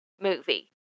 movie